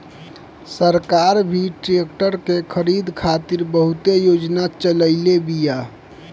सरकार भी ट्रेक्टर के खरीद खातिर बहुते योजना चलईले बिया